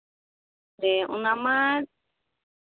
ᱦᱮᱸ ᱚᱱᱟ ᱢᱟ